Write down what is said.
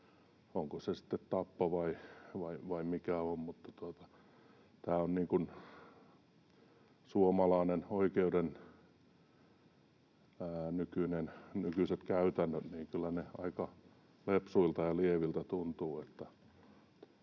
sitten tappo vai mikä on. Kyllä suomalaisen oikeuden nykyiset käytännöt aika lepsuilta ja lieviltä